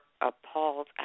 appalled